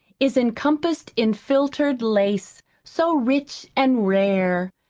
is encompassed in filtered lace so rich an' rare.